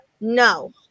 No